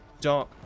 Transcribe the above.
dark